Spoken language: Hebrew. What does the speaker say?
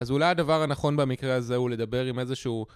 אז אולי הדבר הנכון במקרה הזה הוא לדבר עם איזשהו...